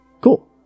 Cool